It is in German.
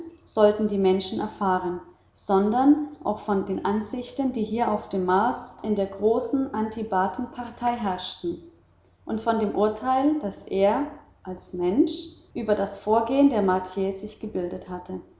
sollten die menschen erfahren sondern auch von den ansichten die hier auf dem mars in der großen antibatenpartei herrschten und von dem urteil das er als mensch über das vorgehen der martier sich gebildet hatte